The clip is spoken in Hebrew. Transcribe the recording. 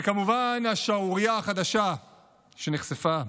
וכמובן, השערורייה החדשה שנחשפה: